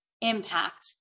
impact